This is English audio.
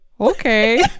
okay